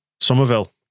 Somerville